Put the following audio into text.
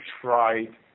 tried